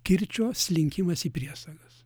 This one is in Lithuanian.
kirčio slinkimas į priesagas